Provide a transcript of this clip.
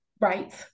right